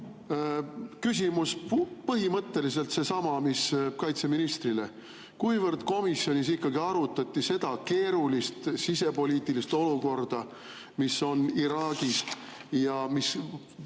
Küsimus on põhimõtteliselt seesama, mis kaitseministrile. Kui palju komisjonis ikkagi arutati seda keerulist sisepoliitilist olukorda, mis on Iraagis ja mis